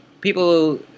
People